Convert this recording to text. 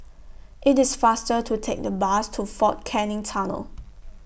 IT IS faster to Take The Bus to Fort Canning Tunnel